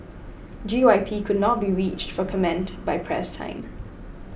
G Y P could not be reached for comment by press time